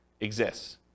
exists